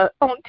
on